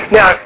Now